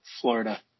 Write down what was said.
Florida